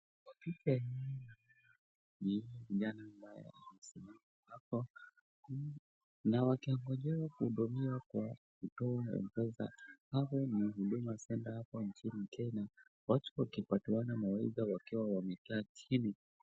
Kwa picha hii naona kijana ambaye amesimama hapo na wakiongojea kuhudumiwa kwa kutoa mpesa, hapo ni huduma centre hapo nchini Kenya, watu wakipatiwa mawaidha wakiwa wamekaa chini.